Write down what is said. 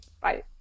Bye